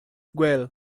well